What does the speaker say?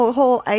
whole